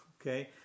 okay